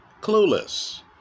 clueless